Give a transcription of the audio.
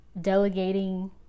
delegating